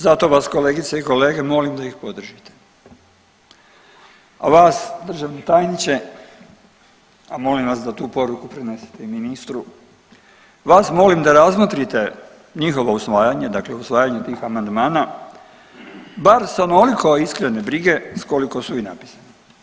Zato vas kolegice i kolege molim da ih podržite, a vas državni tajniče a molim vas da tu poruku prenesete i ministru, vas molim da razmotrite njihovo usvajanje, dakle usvajanje tih amandmana bar sa onoliko iskrene brige sa koliko su i napisani.